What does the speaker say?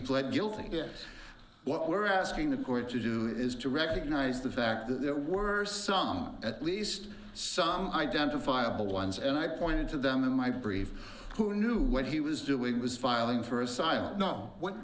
pled guilty guess what we're asking the court to do is to recognise the fact that there were some at least some identifiable ones and i pointed to them in my brief who knew what he was doing was filing for asylum not what